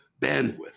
bandwidth